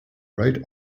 rate